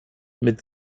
mit